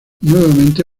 nuevamente